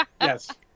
yes